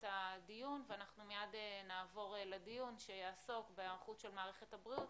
את הדיון ומיד נעבור לדיון שיעסוק בהיערכות של מערכת הבריאות.